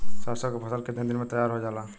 सरसों की फसल कितने दिन में तैयार हो जाला?